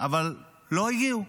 אבל לא הגיעו.